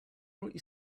brought